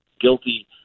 guilty